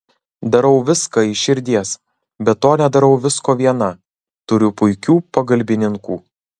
darau viską iš širdies be to nedarau visko viena turiu puikių pagalbininkų